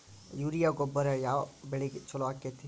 Urea ಗೊಬ್ಬರ ಯಾವ ಬೆಳಿಗೆ ಛಲೋ ಆಕ್ಕೆತಿ?